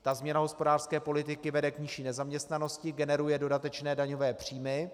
Ta změna hospodářské politiky vede k nižší nezaměstnanosti, generuje dodatečné daňové příjmy.